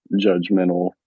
judgmental